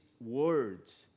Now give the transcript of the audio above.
words